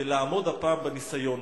ולעמוד הפעם בניסיון.